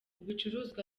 ibicuruzwa